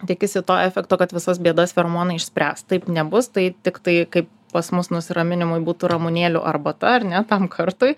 tikisi to efekto kad visas bėdas feromonai išspręs taip nebus tai tiktai kaip pas mus nusiraminimui būtų ramunėlių arbata ar ne tam kartui